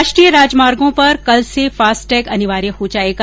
राष्ट्रीय राजमार्गो पर कल से फास्टटेग अनिवार्य हो जाएगा